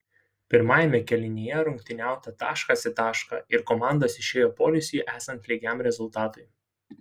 pirmajame kėlinyje rungtyniauta taškas į tašką ir komandos išėjo poilsiui esant lygiam rezultatui